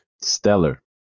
Stellar